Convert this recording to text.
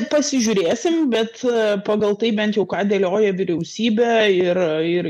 pasižiūrėsim bet pagal tai bent jau ką dėlioja vyriausybė ir ir